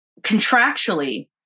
contractually